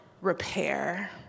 repair